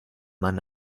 mann